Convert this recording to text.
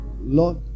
Lord